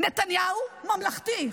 נתניהו ממלכתי.